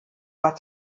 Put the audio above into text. war